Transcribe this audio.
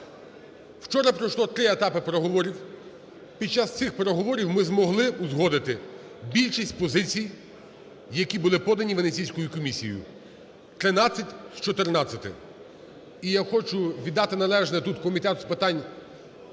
Вчора пройшло три етапи переговорів. Під час цих переговорів ми змогли узгодити більшість позицій, які були подані Венеційською комісією, тринадцять з чотирнадцяти. І я хочу віддати належне тут Комітету з питань